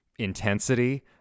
intensity